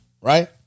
right